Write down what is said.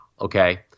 okay